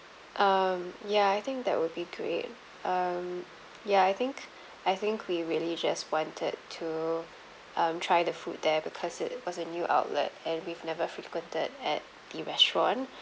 um ya I think that would be great um ya I think I think we really just wanted to um try the food there because it was a new outlet and we've never frequented at the restaurant